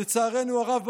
לצערנו הרב,